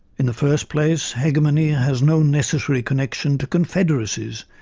in the first place hegemony and has no necessary connection to confederacies,